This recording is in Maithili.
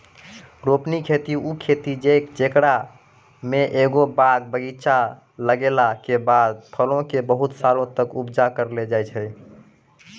रोपनी खेती उ खेती छै जेकरा मे एगो बाग बगीचा लगैला के बाद फलो के बहुते सालो तक उपजा करलो जाय छै